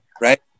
right